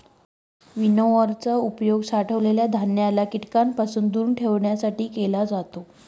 winnower चा उपयोग साठवलेल्या धान्याला कीटकांपासून दूर ठेवण्यासाठी केला जातो